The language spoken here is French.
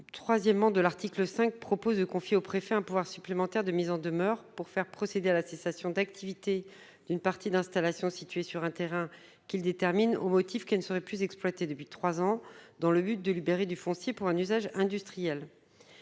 Le 3° de l'article 5 confie au préfet un pouvoir supplémentaire de mise en demeure pour faire procéder à la cessation d'activité d'une partie d'installation située sur un terrain qu'il détermine au motif qu'elle ne serait plus exploitée depuis trois ans, dans le but de libérer du foncier pour un usage industriel.